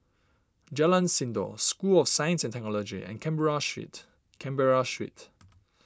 Jalan Sindor School of Science and Technology and Canberra Street Canberra Street